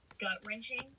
gut-wrenching